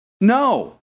No